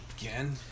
Again